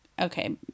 Okay